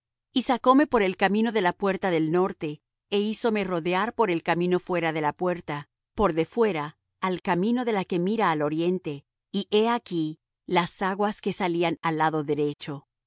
y sacóme por el camino de la puerta del norte é hízome rodear por el camino fuera de la puerta por de fuera al camino de la que mira al oriente y he aquí las aguas que salían al lado derecho y